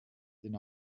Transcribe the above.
den